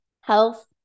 health